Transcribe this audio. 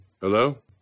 Hello